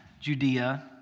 Judea